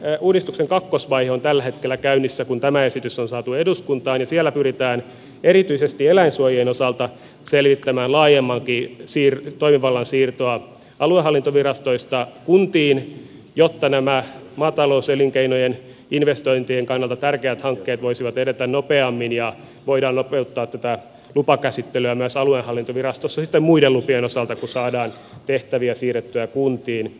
ympäristönsuojelulain uudistuksen kakkosvaihe on tällä hetkellä käynnissä kun tämä esitys on saatu eduskuntaan ja siinä pyritään erityisesti eläinsuojien osalta selvittämään laajemmankin toimivallan siirtoa aluehallintovirastoista kuntiin jotta nämä maatalouselinkeinojen investointien kannalta tärkeät hankkeet voisivat edetä nopeammin ja jotta voitaisiin nopeuttaa tätä lupakäsittelyä myös aluehallintovirastoissa muiden lupien osalta kun saadaan tehtäviä siirrettyä kuntiin